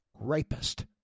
rapist